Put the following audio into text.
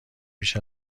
بیش